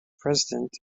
president